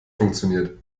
funktioniert